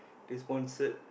they sponsored